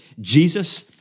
Jesus